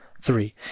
Three